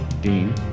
Dean